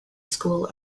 school